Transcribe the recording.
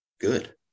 good